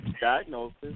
diagnosis